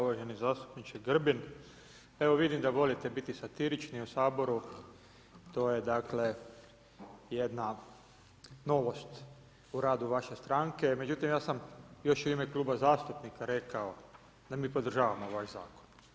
Uvaženi zastupniče Grbin, evo vidim da volite biti satirični u Saboru, to je jedna novost u radu vaše stranke međutim ja sam još i u ime kluba zastupnika rekao da mi podržavamo vaš zakon.